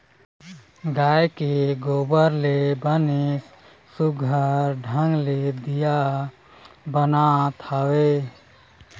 गाय के गोबर ले बनेच सुग्घर ढंग ले दीया बनात हवय